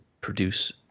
produce